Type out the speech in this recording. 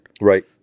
right